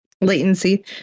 latency